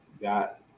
got